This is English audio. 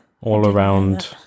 all-around